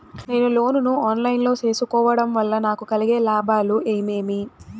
నేను లోను ను online లో సేసుకోవడం వల్ల నాకు కలిగే లాభాలు ఏమేమీ?